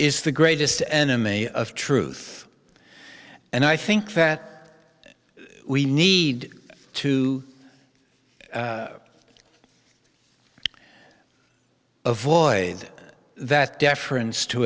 is the greatest enemy of truth and i think that we need to avoid that deference to